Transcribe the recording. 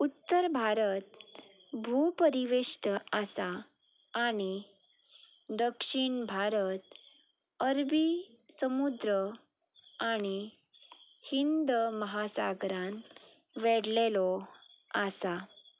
उत्तर भारत भूपरिवेश्ट आसा आनी दक्षिण भारत अरबी समुद्र आनी हिंद महासरान वेडलेलो आसा